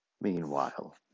Meanwhile